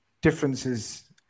differences